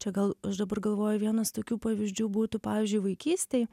čia gal aš dabar galvoju vienas tokių pavyzdžių būtų pavyzdžiui vaikystėj